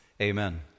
Amen